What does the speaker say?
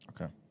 Okay